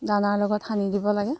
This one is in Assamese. দানাৰ লগত সানি দিব লাগে